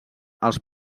els